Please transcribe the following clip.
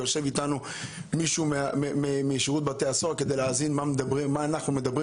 יושב איתנו מישהו משירות בתי הסוהר כדי להאזין מה אנחנו מדברים